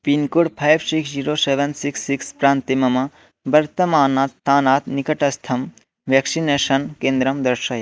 pincode five six zero seven six six प्रान्ते मम वर्तमानात् स्थानात् निकटस्थं व्याक्षिनेषन् केन्द्रं दर्शय